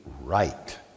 right